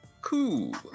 Cool